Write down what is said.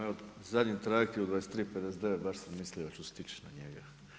Evo zadnji trajekt je u 23,59, baš sam mislio da ću stići na njega.